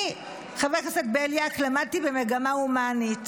אני, חבר הכנסת בליאק, למדתי במגמה הומנית.